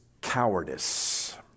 cowardice